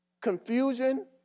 Confusion